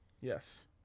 Yes